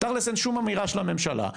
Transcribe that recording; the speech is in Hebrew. תכלס אין שום אמירה של הממשלה.